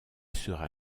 sera